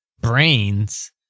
brains